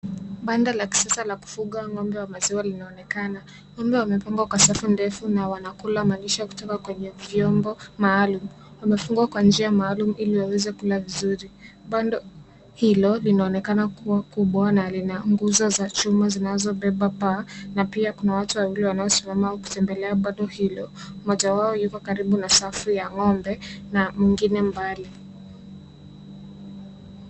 Banda la kisasa la kufuga ng'ombe wa maziwa linaonekana. Ng'ombe wamepangwa kwa safu ndefu na wanakula malisho kutoka kwenye vyombo maalum. Wamefungwa kwa njia maalum ili waweze kulavizuri. banda hilo linaonekana kuwa kubwa na lina nguzo za chuma zinazobeba paa na pia kuna watu wawili wanaosimama au kutembelea banda hilo, mmoja wao yuko karibu na safu ya ng'ombe na mwengine mbali.